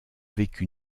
vécu